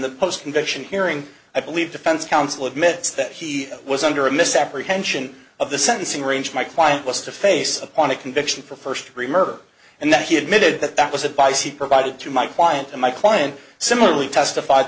the post conviction hearing i believe defense counsel admits that he was under a misapprehension of the sentencing range my client was to face upon a conviction for first degree murder and that he admitted that that was advice he provided to my client and my client similarly testif